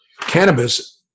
cannabis